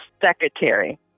secretary